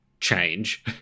change